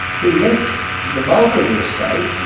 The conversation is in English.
he left the bulk of the estate,